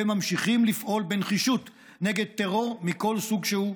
וממשיכים לפעול בנחישות נגד טרור מכל סוג שהוא,